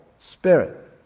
spirit